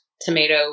tomato